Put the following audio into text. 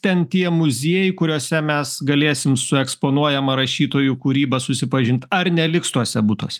ten tie muziejai kuriuose mes galėsim su eksponuojama rašytojų kūryba susipažint ar neliks tuose butuos